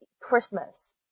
Christmas